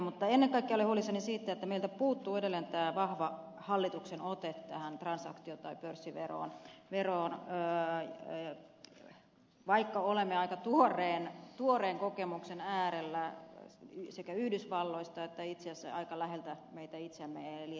mutta ennen kaikkea olen huolissani siitä että meiltä puuttuu edelleen vahva hallituksen ote tähän transaktio tai pörssiveroon vaikka olemme aika tuoreen kokemuksen äärellä sekä yhdysvalloista että itse asiassa aika läheltä meitä itseämme eli euroopasta